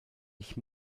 ich